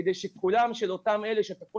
כדי שיישמע קולם של אותם אלה שאתה כל